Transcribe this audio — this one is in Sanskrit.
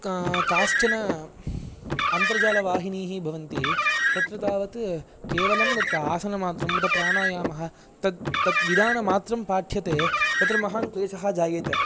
काश्चन अन्तर्जालवाहिनीः भवन्ति तत्र तावत् केवलं तत्र आसनमात्रम् उत प्राणायामः तद् तद्विधानमात्रं पाठ्यते तत्र महान् क्लेशः जायेत